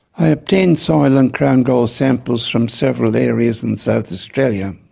i obtained soil and crown gall samples from several areas in south australia.